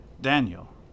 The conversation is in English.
Daniel